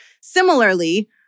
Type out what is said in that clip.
Similarly